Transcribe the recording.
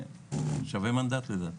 שווה מנדט לדעתי.